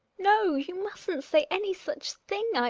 no, you mustn't say any such thing,